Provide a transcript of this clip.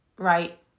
Right